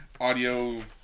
audio